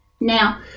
Now